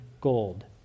gold